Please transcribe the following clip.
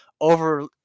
over